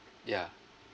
ya